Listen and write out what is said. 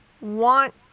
want